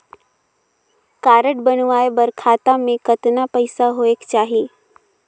Card बनवाय बर खाता मे कतना पईसा होएक चाही?